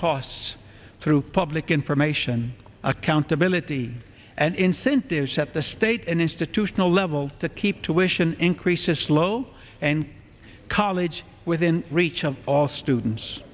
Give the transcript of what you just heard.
costs through public information accountability and incentives at the state and institutional level to keep tuitions increases slow and college within reach of all students